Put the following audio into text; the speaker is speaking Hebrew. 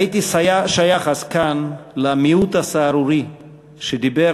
הייתי שייך אז כאן למיעוט הסהרורי שדיבר